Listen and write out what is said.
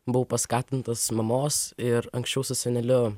buvau paskatintas mamos ir anksčiau su seneliu